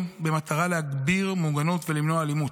במטרה להגביר מוגנות ולמנוע אלימות.